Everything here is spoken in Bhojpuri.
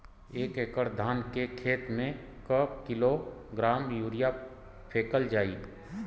एक एकड़ धान के खेत में क किलोग्राम यूरिया फैकल जाई?